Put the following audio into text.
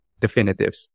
definitives